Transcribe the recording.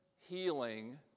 healing